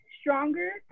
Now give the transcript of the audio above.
stronger